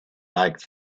like